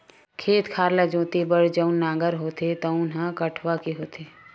खेत खार ल जोते बर जउन नांगर होथे तउन ह कठवा के होथे